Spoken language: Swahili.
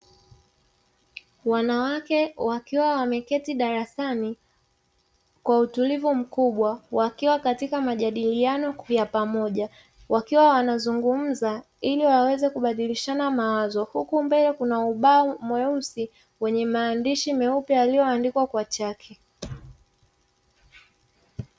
Wanawake wakiwa wameketi darasani kwa utulivu mkubwa, wakiwa katika majadiliano ya pamoja, wakiwa wakizungumza ili waweze kubadilishana mawazo, huku mbele kuna ubao mweusi wenye maandishi meupe yaliyoandikwa kwa chaki.